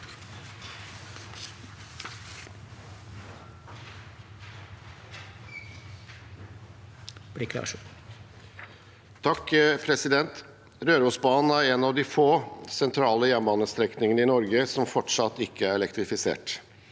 for saken): Rørosbanen er en av de få sentrale jernbanestrekningene i Norge som fortsatt ikke er elektrifisert.